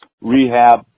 rehab